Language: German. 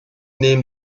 nehmen